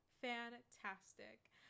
fantastic